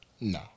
No